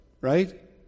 Right